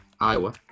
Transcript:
Iowa